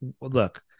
look